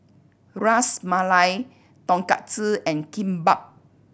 Ras Malai Tonkatsu and Kimbap